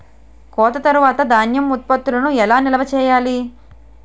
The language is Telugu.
కోత తర్వాత ధాన్యం ఉత్పత్తులను ఎలా నిల్వ చేయాలి?